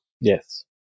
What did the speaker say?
Yes